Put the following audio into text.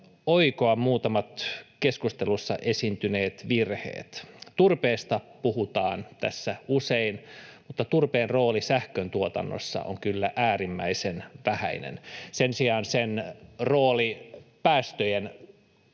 oikoa muutamat keskustelussa esiintyneet virheet. Turpeesta puhutaan usein, mutta turpeen rooli sähköntuotannossa on kyllä äärimmäisen vähäinen. Sen sijaan sen rooli päästöjen